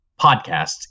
podcasts